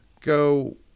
go